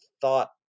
thought